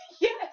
Yes